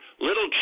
little